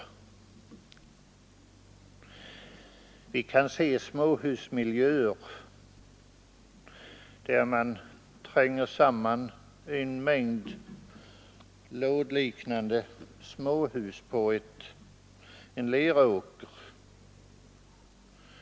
Vi kan se småhusmiljöer där man tränger samman en mängd lådliknande småhus på en leråker.